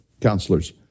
counselors